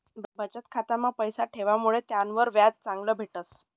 बचत खाता मा पैसा ठेवामुडे त्यानावर व्याज चांगलं भेटस